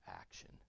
action